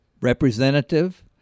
representative